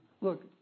look